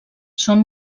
són